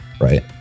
Right